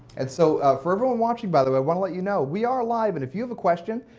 and so ah, for everyone watching by the way, i want to let you know we are live and if you have a question,